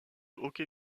hockey